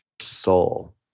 soul